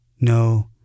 No